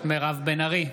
מירב בן ארי,